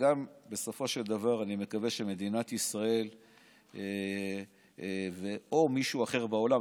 וגם בסופו של דבר מדינת ישראל או מישהו אחר בעולם,